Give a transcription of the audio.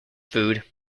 food